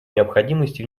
необходимости